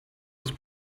was